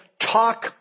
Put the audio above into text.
Talk